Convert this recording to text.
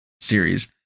series